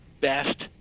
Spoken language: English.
best